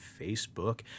Facebook